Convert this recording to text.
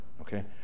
Okay